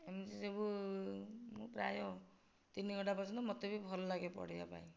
ଏମିତି ସବୁ ମୁଁ ପ୍ରାୟ ତିନି ଘଣ୍ଟା ପର୍ଯ୍ୟନ୍ତ ମୋତେ ବି ଭଲ ଲାଗେ ପଢ଼ିବା ପାଇଁ